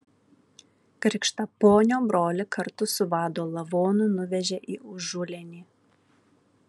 krikštaponio brolį kartu su vado lavonu nuvežė į užulėnį